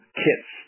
kits